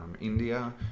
India